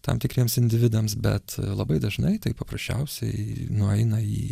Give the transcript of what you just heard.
tam tikriems individams bet labai dažnai tai paprasčiausiai nueina į